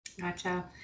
Gotcha